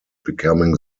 becoming